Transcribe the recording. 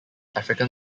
african